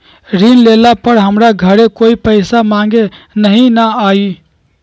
ऋण लेला पर हमरा घरे कोई पैसा मांगे नहीं न आई?